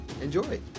Enjoy